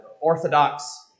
Orthodox